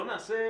בואו נעשה,